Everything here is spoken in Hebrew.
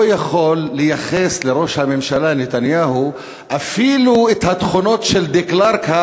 לא יכול לייחס לראש הממשלה נתניהו אפילו את התכונות של דה-קלרק,